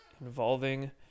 involving